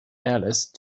alice